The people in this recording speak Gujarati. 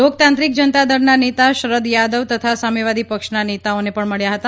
લોકતાંત્રિક જનતા દળના નેતા શરદ યાદવ તથા સામ્યવાદી પક્ષના નેતાઓને પણ મળ્યા હતા